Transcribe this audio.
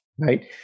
right